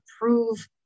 prove